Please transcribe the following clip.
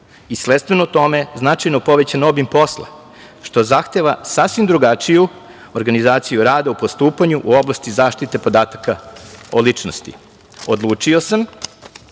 sledstveno tome značajno povećan obim posla, što zahteva sasvim drugačiju organizaciju rada u postupanju u oblasti zaštite podataka o ličnosti, odlučio sam